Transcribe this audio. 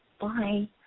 Bye